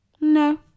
No